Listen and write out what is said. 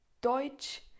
Deutsch